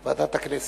ועדת הכנסת.